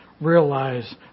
realize